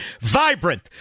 Vibrant